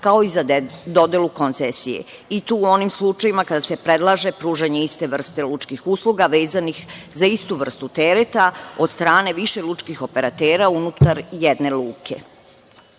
kao i za dodelu koncesije i to u onim slučajevima kada se predlaže pružanje iste vrste lučkih usluga vezanih za istu vrstu tereta od strane više lučkih operatera unutar jedne